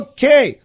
Okay